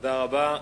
תודה רבה,